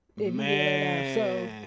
Man